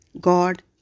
God